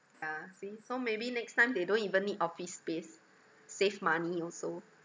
yeah see so maybe next time they don't even need office space save money also